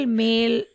male